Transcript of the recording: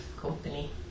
Company